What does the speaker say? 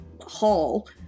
hall